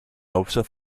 hauptstadt